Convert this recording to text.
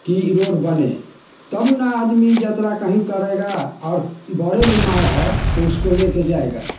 कि रोड बने तब ने आदमी जतरा कहीं करेगा आओर बड़े बीमार है तो उसको लेके जाएगा